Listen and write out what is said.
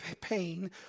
pain